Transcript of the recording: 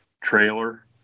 trailer